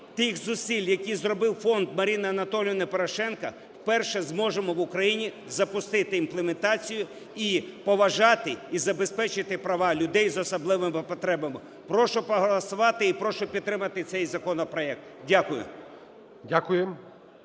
тих зусиль, які зробив фонд Марини Анатоліївни Порошенко, вперше зможемо в Україні запустити імплементацію і поважати, і забезпечити права людей з особливими потребами. Прошу проголосувати і прошу підтримати цей законопроект. Дякую.